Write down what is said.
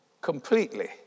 completely